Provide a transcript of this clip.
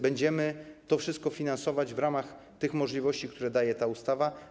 Będziemy to wszystko finansować w ramach tych możliwości, które daje ta ustawa.